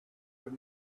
have